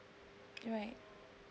right